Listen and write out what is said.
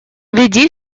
веди